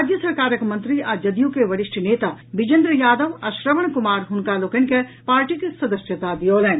राज्य सरकारक मंत्री आ जदयू के वरिष्ठ नेता बिजेन्द्र यादव आ श्रवण कुमार हुनका लोकनि के पार्टीक सदस्यता दिऔलनि